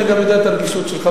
אני גם יודע את הרגישות שלך,